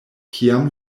kiam